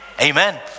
amen